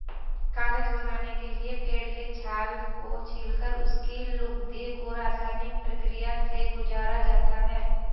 कागज बनाने के लिए पेड़ के छाल को छीलकर उसकी लुगदी को रसायनिक प्रक्रिया से गुजारा जाता है